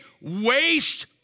waste